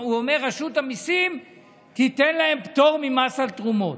הוא אומר: רשות המיסים תיתן להן פטור ממס על תרומות.